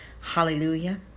Hallelujah